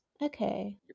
Okay